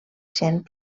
sent